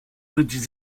petit